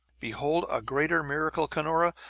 behold, a greater miracle, cunora!